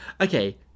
Okay